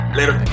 Later